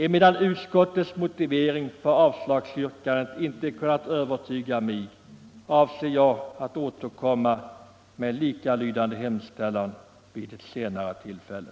Emedan utskottets motivering för avslagsyrkandet inte kunnat övertyga mig avser jag, herr talman, att återkomma med en likalydande hemställan vid ett senare tillfälle.